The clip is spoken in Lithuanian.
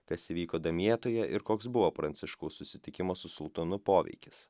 kas įvyko damjetoje ir koks buvo pranciškaus susitikimo su sultonu poveikis